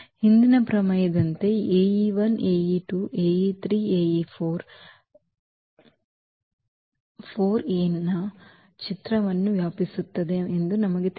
ಹಿಂದಿನ ಪ್ರಮೇಯದಂತೆ 4 A ನ ಚಿತ್ರವನ್ನು ವ್ಯಾಪಿಸುತ್ತದೆ ಎಂದು ನಮಗೆ ತಿಳಿದಿದೆ